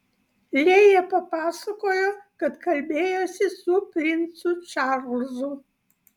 lėja papasakojo kad kalbėjosi su princu čarlzu